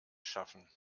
schaffen